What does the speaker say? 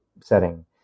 setting